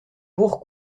pour